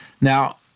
now